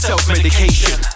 Self-medication